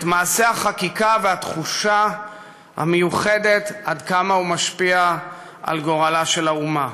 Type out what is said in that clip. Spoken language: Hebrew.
את מעשה החקיקה והתחושה המיוחדת עד כמה הוא משפיע על גורלה של האומה.